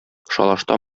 шалашта